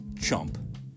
chump